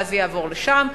ואז זה יעבור לשם.